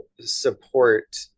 support